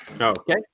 Okay